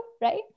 right